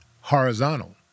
horizontal